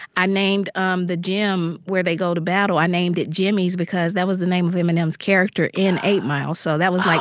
i named um the gym where they go to battle i named it jimmy's because that was the name of eminem's character in eight mile. so that was, like.